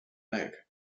leg